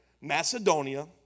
Macedonia